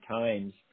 times